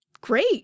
great